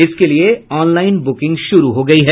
इसके लिए online booking शुरू हो गयी है